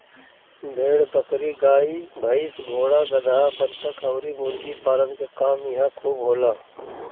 भेड़ बकरी, गाई भइस, घोड़ा गदहा, बतख अउरी मुर्गी पालन के काम इहां खूब होला